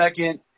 second